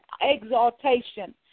exaltation